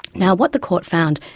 now, what the court found,